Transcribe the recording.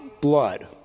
blood